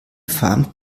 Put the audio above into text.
farm